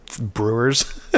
brewers